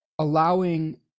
allowing